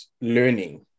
learning